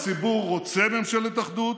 הציבור רוצה ממשלת אחדות,